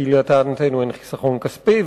כי לטענתנו אין חיסכון כספי,